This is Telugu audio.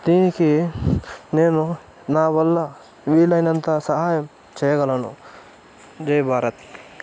దీనికి నేను నా వల్ల వీలైనంత సహాయం చేయగలను జై భారత్